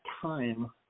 time